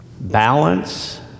balance